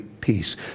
peace